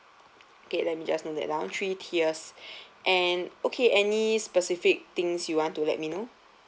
okay let me just note that down three tiers and okay any specific things you want to let me know